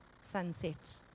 sunset